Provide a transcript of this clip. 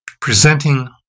presenting